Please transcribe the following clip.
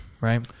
Right